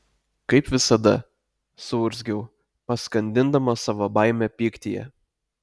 kaip visada suurzgiau paskandindama savo baimę pyktyje